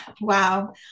wow